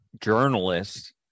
journalists